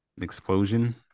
explosion